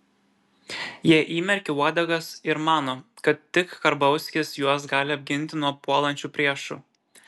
jie įmerkė uodegas ir mano kad tik karbauskis juos gali apginti nuo puolančių priešų